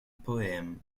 poème